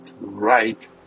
right